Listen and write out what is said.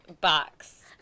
box